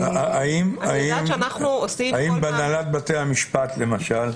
האם בהנהלת בתי המשפט, למשל,